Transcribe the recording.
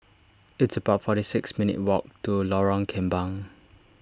it's about forty six minutes' walk to Lorong Kembang